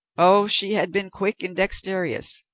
oh, she had been quick and dexterous!